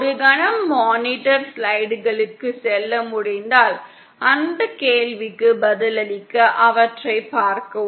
ஒரு கணம் மானிட்டர் ஸ்லைடுகளுக்குச் செல்ல முடிந்தால் அந்த கேள்விக்கு பதிலளிக்க அவற்றை பார்க்கவும்